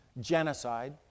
genocide